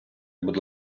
будь